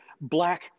black